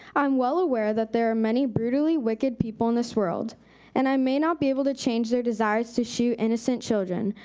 i'm well aware that there are many brutally wicked people in this world and i may not be able to change their desires to shoot innocent children,